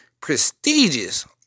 prestigious